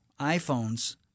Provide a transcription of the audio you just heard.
iPhones